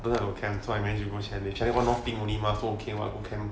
told them I got camp so I manage to go chalet chalet one off thing only mah so okay go camp